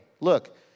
look